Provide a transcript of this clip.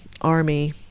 army